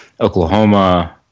Oklahoma